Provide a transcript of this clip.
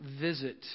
visit